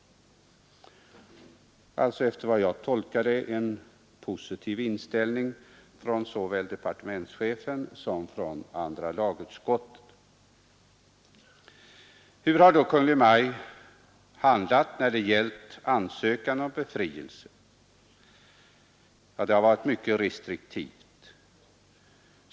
Det var alltså, som jag ser det, en positiv inställning från såväl departementschefen som från andra lagutskottet. Hur har då Kungl. Maj:t handlat när det gällt ansökan om befrielse? Ja, det har varit mycket restriktivt.